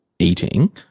eating